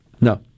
No